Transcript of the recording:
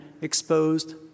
exposed